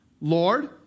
Lord